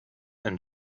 and